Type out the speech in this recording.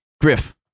Griff